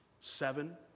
Seven